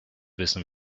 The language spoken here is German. wissen